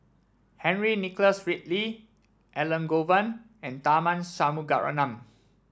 Henry Nicholas Ridley Elangovan and Tharman Shanmugaratnam